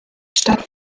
stadt